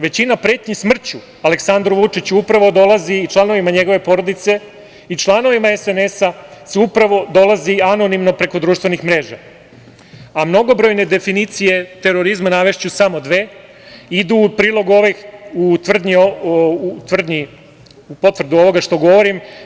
Većina pretnji smrću Aleksandru Vučiću i članovima njegove porodice i članovima SNS upravo dolazi anonimno preko društvenih mreža, a mnogobrojne definicije terorizma, navešću samo dve, idu u prilog ovoj tvrdnji što govorim.